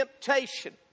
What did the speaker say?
temptation